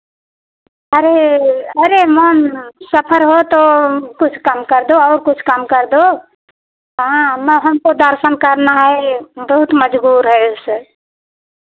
अरे अरे मैम सफ़र हो तो कुछ कम कर दो और कुछ कम कर दो हाँ मैं हमको दर्शन करना है बहुत मजबूर है ऐसे